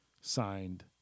signed